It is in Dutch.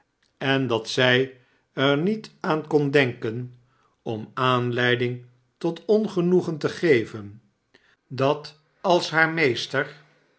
en dat zij er niet aan kon denken om aanleiding tot ongenoegen te geven dat als haar meester